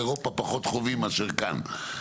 באירופה פחות חווים מאשר כאן.